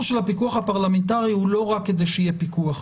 של הפיקוח הפרלמנטרי הוא לא רק כדי שיהיה פיקוח.